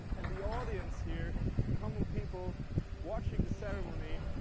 and the audience here the common people watching the ceremony,